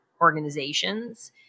organizations